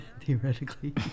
Theoretically